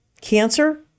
cancer